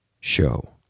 show